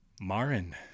Marin